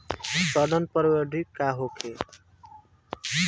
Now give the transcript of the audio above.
सड़न प्रधौगकी का होखे?